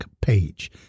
page